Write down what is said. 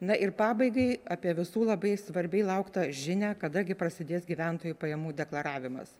na ir pabaigai apie visų labai svarbiai lauktą žinią kada gi prasidės gyventojų pajamų deklaravimas